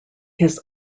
his